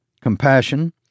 compassion